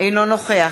אינו נוכח